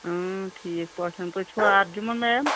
ٹھیٖک پٲٹھۍ تُہۍ چھُوا اَرجُمن میم